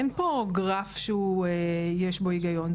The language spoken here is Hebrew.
אין פה גרף שיש בו היגיון.